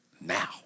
now